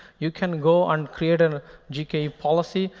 you can go and create a gke policy.